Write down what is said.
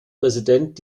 präsident